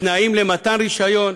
תנאים למתן רישיון.